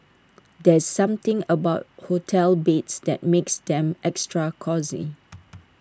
there's something about hotel beds that makes them extra cosy